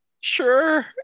Sure